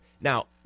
Now